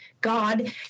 God